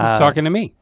talking to me.